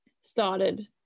started